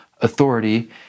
authority